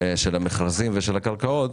של מכרזים ושל קרקעות,